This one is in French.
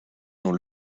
dans